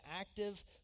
active